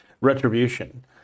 retribution